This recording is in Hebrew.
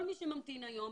כל מי שממתין היום,